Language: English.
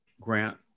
Grant